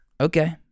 Okay